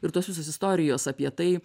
ir tos visos istorijos apie tai